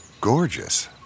gorgeous